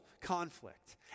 conflict